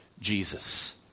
Jesus